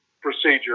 procedure